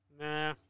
Nah